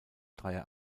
dreier